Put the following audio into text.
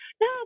no